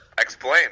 Explain